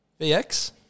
VX